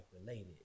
related